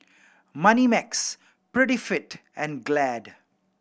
Moneymax Prettyfit and Glad